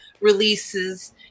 releases